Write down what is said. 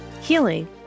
healing